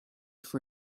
for